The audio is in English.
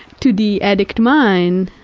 to the addict mind,